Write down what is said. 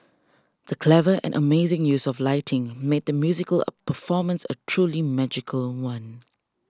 the clever and amazing use of lighting made the musical a performance a truly magical one